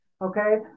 okay